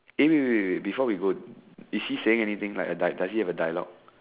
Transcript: eh wait wait wait wait before we go is he saying anything like does does he have a dialogue